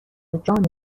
جان